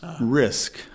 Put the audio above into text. risk